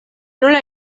nola